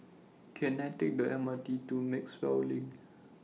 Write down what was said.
Can I Take The MRT to Maxwell LINK